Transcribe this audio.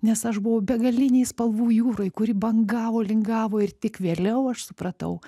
nes aš buvau begalinėj spalvų jūroj kuri bangavo lingavo ir tik vėliau aš supratau